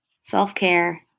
self-care